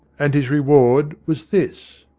and his reward was this.